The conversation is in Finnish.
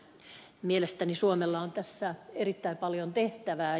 mielestäni suomella on tässä erittäin paljon tehtävää